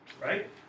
right